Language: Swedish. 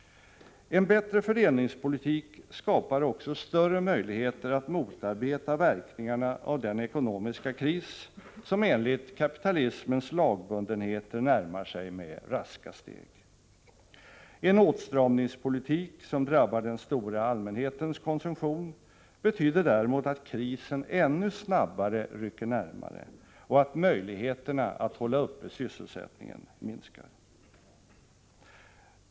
En bättre fördelningspolitik skapar också större möjligheter att motarbeta verkningarna av den ekonomiska kris, som enligt kapitalismens lagbundenheter närmar sig med raska steg. En åtstramningspolitik som drabbar den stora allmänhetens konsumtion betyder däremot att krisen ännu snabbare rycker närmare och att möjligheterna att hålla uppe sysselsättningen minskar.